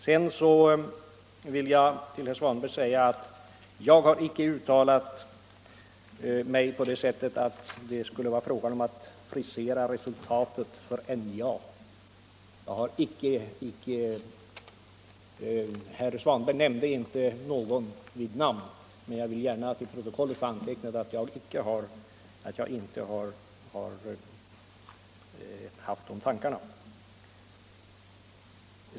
Sedan vill jag till herr Svanberg säga att jag icke har uttalat mig på det sättet att det skulle vara fråga om att frisera resultatet för NJA. Herr Svanberg nämnde inte någon vid namn, men jag vill gärna till protokollet få antecknat att jag icke har haft de tankarna.